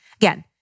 Again